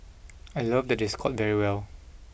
I love that they scored very well